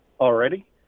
already